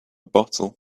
bottle